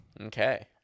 Okay